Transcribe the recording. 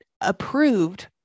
approved